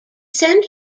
sent